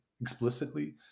explicitly